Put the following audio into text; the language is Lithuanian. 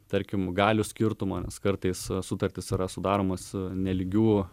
tarkim galių skirtumo nes kartais sutartys yra sudaromos ne lygių